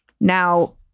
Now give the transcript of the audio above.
Now